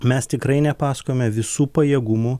mes tikrai nepasakojome visų pajėgumų